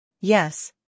Yes